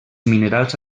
minerals